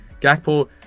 Gakpo